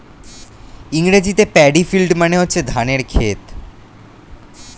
ইংরেজিতে paddy field মানে হচ্ছে ধানের ক্ষেত